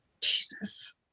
Jesus